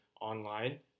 online